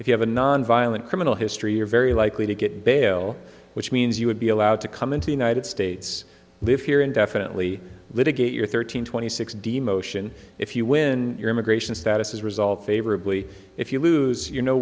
if you have a nonviolent criminal history are very likely to get bail which means you would be allowed to come into the united states live here indefinitely litigate your thirteen twenty six d motion if you when your immigration status is resolved favorably if you lose you know